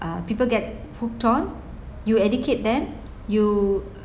uh people get hooked on you educate them you